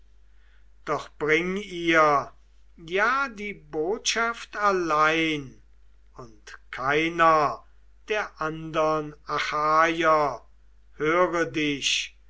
doch bring ihr ja die botschaft allein und keiner der andern achaier höre dich